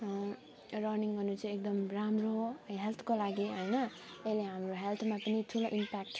running गर्नु चाहिँ एकदम राम्रो हो हेल्थको लागि होइन अहिले हामी हेल्थमा पनि ठुलो इमप्याक्ट